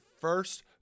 first